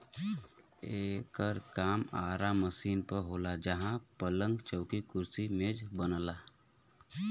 एकर काम आरा मशीन पे होला जहां पलंग, चौकी, कुर्सी मेज बनला